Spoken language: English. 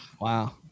Wow